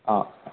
ആ